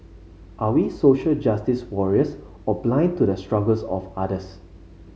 are we social justice warriors or blind to the struggles of others